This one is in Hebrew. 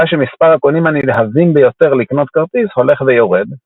שעה שמספר הקונים הנלהבים ביותר לקנות כרטיס הולך ויורד.